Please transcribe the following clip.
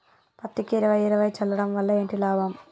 పత్తికి ఇరవై ఇరవై చల్లడం వల్ల ఏంటి లాభం?